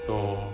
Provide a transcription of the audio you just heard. so